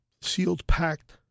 sealed-packed